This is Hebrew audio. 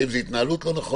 האם זה התנהלות לא נכונה.